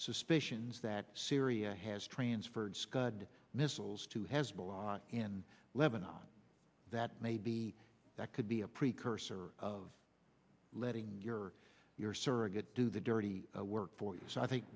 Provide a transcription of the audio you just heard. suspicions that syria has transferred scud missiles to hezbollah in lebanon that may be that could be a precursor of letting your your surrogate do the dirty work for you so i think